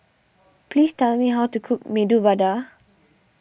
please tell me how to cook Medu Vada